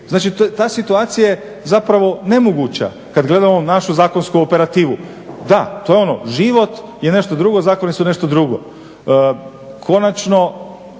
Znači ta situacija je nemoguća kada gledamo našu zakonsku operativu. Da, to je ono život je nešto drugo, zakoni su nešto drugo. Konačno,